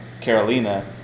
carolina